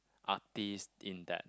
artist in that